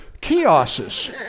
kiosks